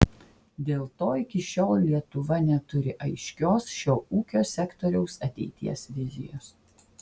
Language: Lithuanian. dėl to iki šiol lietuva neturi aiškios šio ūkio sektoriaus ateities vizijos